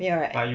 没有 right